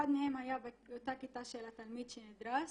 אחד מהם היה באותה כיתה של התלמיד שנדרס,